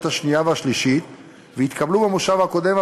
שנייה וקריאה שלישית והתקבלו במושב הקודם,